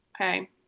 Okay